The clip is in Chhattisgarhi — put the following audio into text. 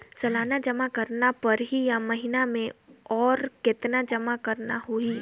सालाना जमा करना परही या महीना मे और कतना जमा करना होहि?